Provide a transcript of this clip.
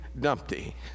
Dumpty